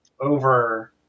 over